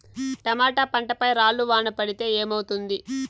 Tomato పంట పై రాళ్లు వాన పడితే ఏమవుతుంది?